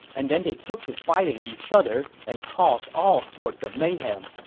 and then they took to fighting each other and caused all sorts of mayhem,